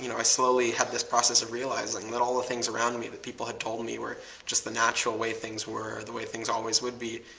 you know i slowly had this process of realizing that all the things around me that people had told me were just the natural way things were, the way things always would be,